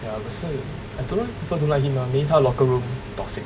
ya 可是 I don't know leh people don't like him mah maybe 他 locker room toxic